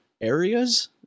areas